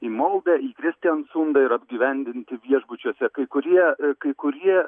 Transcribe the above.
į moldę į kristiansundą ir apgyvendinti viešbučiuose kai kurie kai kurie